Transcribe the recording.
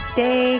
Stay